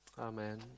Amen